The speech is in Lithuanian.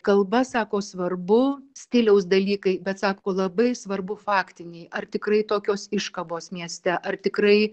kalba sako svarbu stiliaus dalykai bet sako labai svarbu faktiniai ar tikrai tokios iškabos mieste ar tikrai